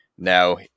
Now